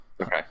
Okay